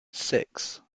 six